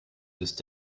bist